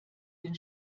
den